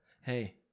Hey